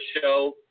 show